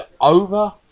over